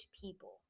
people